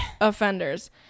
offenders